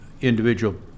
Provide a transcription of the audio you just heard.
individual